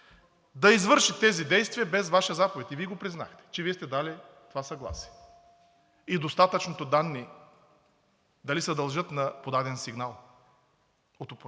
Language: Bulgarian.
да извърши тези действия без Ваша заповед. И Вие го признахте – че Вие сте дали това съгласие, и достатъчното данни дали се дължат на подаден сигнал от опонент.